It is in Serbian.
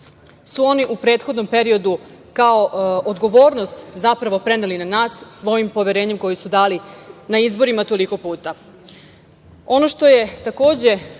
su oni u prethodnom periodu, kao odgovornost, preneli na nas, svojim poverenjem koje su dali na izborima toliko puta. Ono